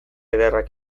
ederrak